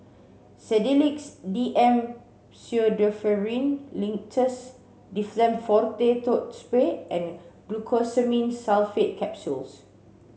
Sedilix D M Pseudoephrine Linctus Difflam Forte Throat Spray and Glucosamine Sulfate Capsules